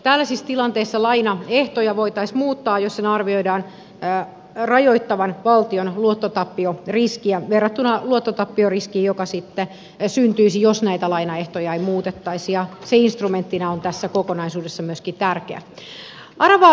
tällaisissa tilanteissa lainaehtoja voitaisiin muuttaa jos sen arvioidaan rajoittavan valtion luottotappioriskiä verrattuna luottotappioriskiin joka sitten syntyisi jos näitä lainaehtoja ei muutettaisi ja se instrumenttina on tässä kokonaisuudessa myöskin tärkeä